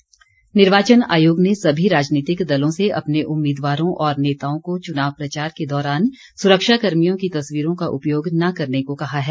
आयोग निवार्चन आयोग ने सभी राजनीतिक दलों से अपने उम्मीदवारों और नेताओं को चुनाव प्रचार के दौरान सुरक्षाकर्मियों की तस्वीरों का उपयोग न करने को कहा है